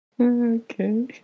okay